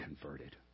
converted